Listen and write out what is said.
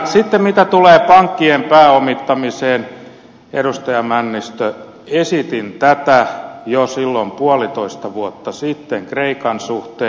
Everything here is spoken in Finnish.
sitten mitä tulee pankkien pääomittamiseen edustaja männistö esitin tätä jo silloin puolitoista vuotta sitten kreikan suhteen